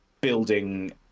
building